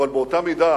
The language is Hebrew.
אבל באותה מידה